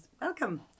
Welcome